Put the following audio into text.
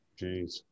Jeez